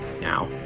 now